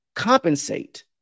Compensate